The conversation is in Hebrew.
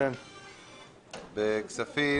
בכספים